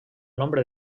nombre